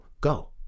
go